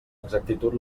exactitud